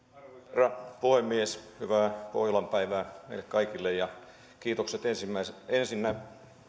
herra puhemies hyvää pohjolan päivää meille kaikille ja kiitokset ensinnä